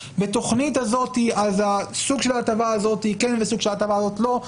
שבתכנית הזאת הסוג של ההטבה הזאת כן והסוג של ההטבה הזאת לא.